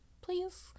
please